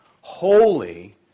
holy